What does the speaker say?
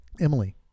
Emily